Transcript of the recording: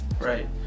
Right